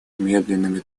медленными